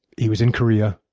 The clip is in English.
he was in korea.